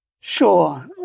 Sure